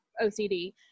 OCD